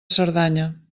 cerdanya